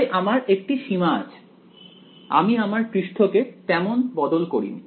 তাই আমার একটি সীমা আছে আমি আমার পৃষ্ঠকে তেমন বদল করিনি